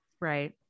Right